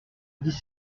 dix